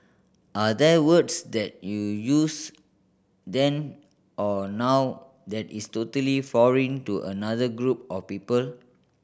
are there words that you use then or now that is totally foreign to another group of people